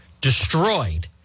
destroyed